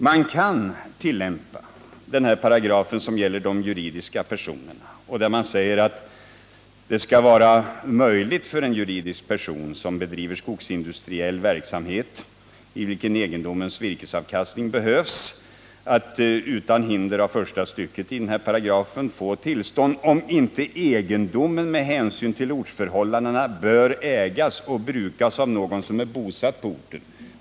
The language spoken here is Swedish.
Man kan tillämpa den paragraf som gäller juridiska personers förvärv på olika sätt. Det sägs i den paragrafen att det skall vara möjligt för en juridisk person som bedriver skogsindustriell verksamhet, i vilken egendomens virkesavkastning behövs, att utan hinder av första stycket i vederbörande paragraf få tillstånd till förvärv, om inte egendomen med hänsyn till ortsförhållandena bör ägas och brukas av någon som är bosatt på orten.